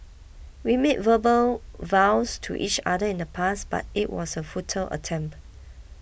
we made verbal vows to each other in the past but it was a futile attempt